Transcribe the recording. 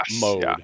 mode